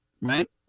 Right